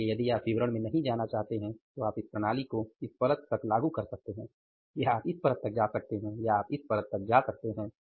इसलिए यदि आप विवरण में नहीं जाना चाहते हैं तो आप इस प्रणाली को इस परत तक लागू कर सकते हैं या आप इस परत तक जा सकते हैं या आप इस परत तक जा सकते हैं